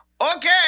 Okay